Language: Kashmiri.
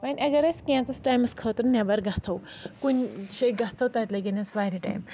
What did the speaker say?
وۄنۍ اگر أسۍ کینٛژَس ٹایمَس خٲطرٕ نؠبَر گَژھو کُنہِ جایہِ گژھو تتہِ لَگَن اَسہِ واریاہ ٹایِم